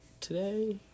Today